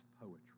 poetry